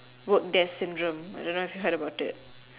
work desk syndrome I don't know if you've heard about it